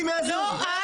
לא.